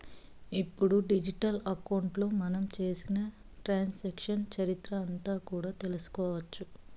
ఇప్పుడు డిజిటల్ అకౌంట్లో మనం చేసిన ట్రాన్సాక్షన్స్ చరిత్ర అంతా కూడా తెలుసుకోవచ్చు